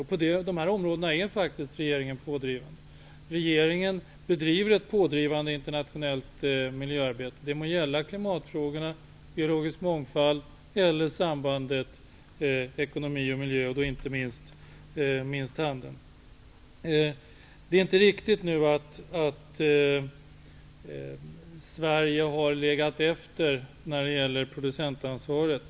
På de områdena är faktiskt regeringen pådrivande. Regeringen bedriver ett pådrivande internationellt miljöarbete, det må gälla klimatfrågorna, biologisk mångfald eller sambandet ekonomi och miljö, då inte minst handeln. Det är inte riktigt att Sverige har legat efter när det gäller producentansvaret.